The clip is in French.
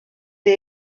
les